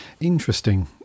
Interesting